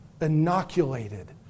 inoculated